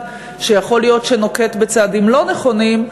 שיכול להיות שנוקט צעדים לא נכונים,